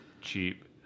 cheap